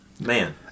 man